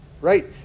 right